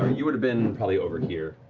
you would've been probably over here.